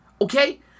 okay